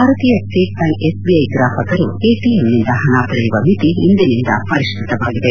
ಭಾರತೀಯ state bank SBI ಗ್ರಾಹಕರು ಎಟಿಎಮ್ನಿಂದ ಪಣ ಪಡೆಯುವ ಮಿತಿ ಇಂದಿನಿಂದ ಪರಿಷ್ನತವಾಗಿದೆ